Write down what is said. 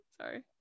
sorry